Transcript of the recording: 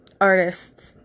artists